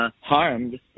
harmed